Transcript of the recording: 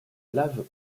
live